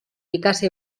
ikasi